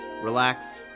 relax